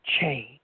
change